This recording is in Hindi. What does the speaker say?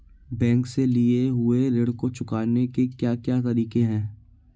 बैंक से लिए हुए ऋण को चुकाने के क्या क्या तरीके हैं?